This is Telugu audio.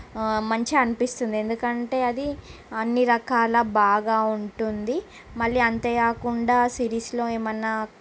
మంచిగా అనిపిస్తుంది ఎందుకంటే అది అన్నీ రకాల బాగా ఉంటుంది మళ్ళీ అంతే కాకుండా ఆ సిరీస్లో ఏమన్నా